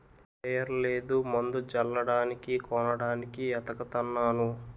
sprayer లేదు మందు జల్లడానికి కొనడానికి ఏతకతన్నాను